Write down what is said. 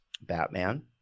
Batman